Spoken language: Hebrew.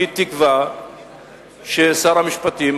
אני תקווה ששר המשפטים,